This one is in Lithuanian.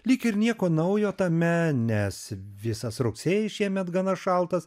lyg ir nieko naujo tame nes visas rugsėjis šiemet gana šaltas